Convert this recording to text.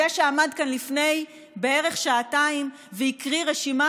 זה שעמד כאן לפני בערך שעתיים והקריא רשימה